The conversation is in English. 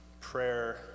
prayer